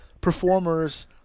performers